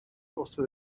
also